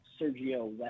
Sergio